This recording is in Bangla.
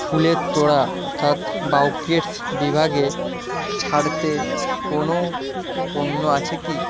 ফুলের তোড়া অর্থাৎ বাকেটস বিভাগে ছাড়েতে কোনো পণ্য আছে কি